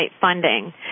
funding